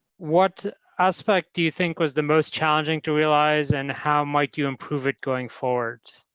what aspect do you think was the most challenging to realize, and how might you improve it going forward?